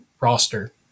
roster